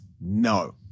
No